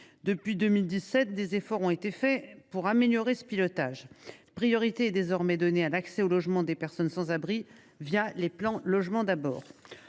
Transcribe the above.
Depuis 2017, des efforts ont été faits pour améliorer ce pilotage : priorité est désormais donnée à l’accès au logement des personnes sans abri les plans Logement d’abord